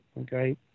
okay